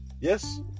Yes